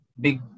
big